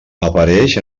apareix